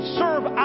serve